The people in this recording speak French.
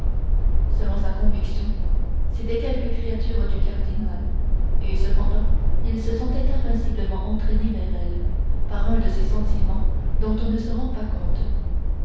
selon sa conviction c'était quelque créature du cardinal et cependant il se sentait invinciblement entraîné vers elle par un de ces sentiments dont on ne se rend pas compte